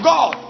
God